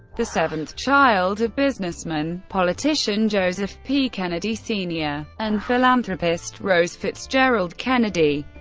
the seventh child of businessman politician joseph p. kennedy sr. and philanthropist rose fitzgerald kennedy.